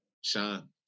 Sean